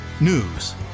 news